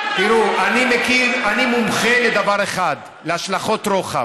אני מומחה לדבר אחד: להשלכות רוחב.